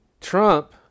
Trump